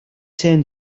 сайн